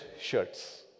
shirts